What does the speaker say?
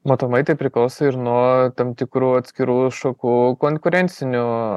matomai tai priklauso ir nuo tam tikrų atskirų šakų konkurencinių